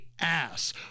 ass